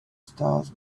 stalls